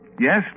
Yes